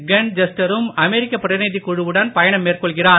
Ken Juster அமெரிக்க பிரதிநிதிக் குழுவுடன் பயணம் மேற்கொள்வார்